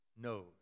knows